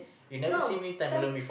no time